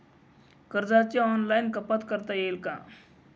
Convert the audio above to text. कर्जाची ऑनलाईन कपात करता येईल का?